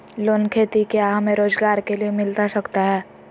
Loan खेती क्या हमें रोजगार के लिए मिलता सकता है?